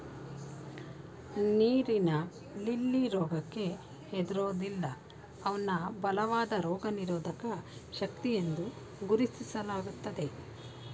ನೀರಿನ ಲಿಲ್ಲಿ ರೋಗಕ್ಕೆ ಹೆದರೋದಿಲ್ಲ ಅವ್ನ ಬಲವಾದ ರೋಗನಿರೋಧಕ ಶಕ್ತಿಯೆಂದು ಗುರುತಿಸ್ಲಾಗ್ತದೆ